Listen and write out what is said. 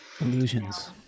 Illusions